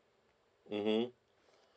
mmhmm